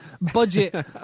budget